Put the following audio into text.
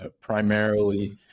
primarily